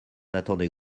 attendait